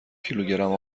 کیلوگرم